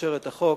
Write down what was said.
תאשר את החוק